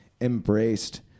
embraced